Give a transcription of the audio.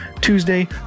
Tuesday